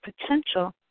potential